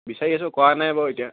বিচাৰি আছোঁ কৰা নাই বাৰু এতিয়া